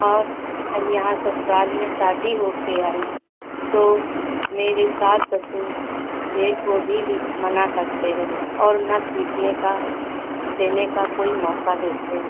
और जब यहाँ ससुराल में शादी हो कर आई तो मेरे सास ससुर जेठ वो भी भी मना करते रहे और न सीखने का देने का कोई मौका देते